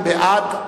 הוועדה,